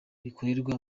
rikorerwa